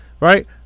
right